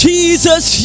Jesus